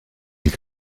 îles